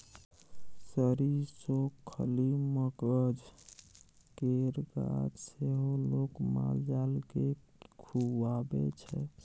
सरिसोक खल्ली, मकझ केर गाछ सेहो लोक माल जाल केँ खुआबै छै